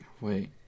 wait